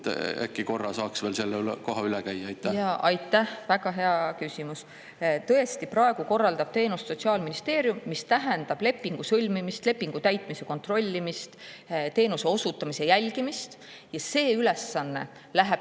Äkki korra saaks veel selle koha üle käia? Aitäh, väga hea küsimus! Tõesti, praegu korraldab teenust Sotsiaalministeerium, mis tähendab lepingu sõlmimist, lepingu täitmise kontrollimist, teenuse osutamise jälgimist. See ülesanne läheb